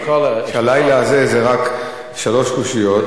שהלילה הזה זה רק שלוש קושיות,